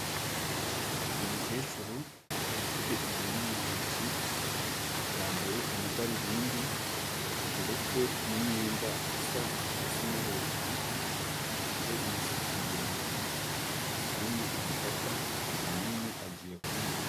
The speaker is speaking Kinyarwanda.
Umukecuru ufite ibinini mu ntoki yambaye amadarubindi, ndetse n'imyenda isa hasi no hejuru, afite imisatsi miremire arimo arafata ibinini agiye kunywa.